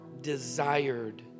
desired